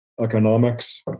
economics